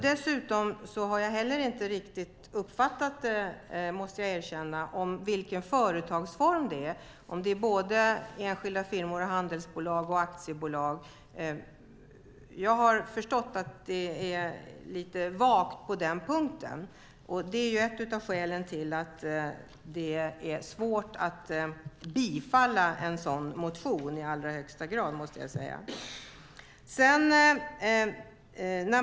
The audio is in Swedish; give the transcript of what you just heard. Dessutom måste jag erkänna att jag heller inte riktigt uppfattat vilken företagsform det är. Är det både enskilda firmor, handelsbolag och aktiebolag? Jag har förstått att det är lite vagt på den punkten. Det är ett av skälen till att det i allra högsta grad är svårt att bifalla en sådan motion.